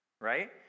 right